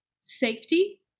safety